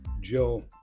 Jill